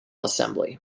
assembly